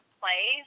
play